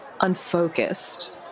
unfocused